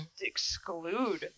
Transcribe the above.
exclude